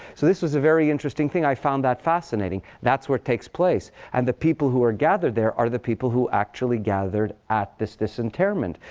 so this was a very interesting thing. i found that fascinating. that's where it takes place. and the people who are gathered there are the people who actually gathered at this disinterment.